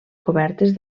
cobertes